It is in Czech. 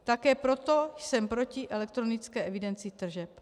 Také proto jsem proti elektronické evidenci tržeb.